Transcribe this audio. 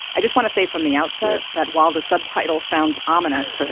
i just want to say from the outset that while the subtitle sounds ominous,